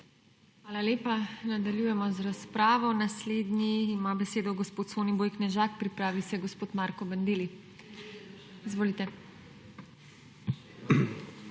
Hvala lepa. Nadaljujemo z razpravo. Naslednji ima besedo gospod Soniboj Knežak, pripravi se gospod Marko Bandelli. Izvolite.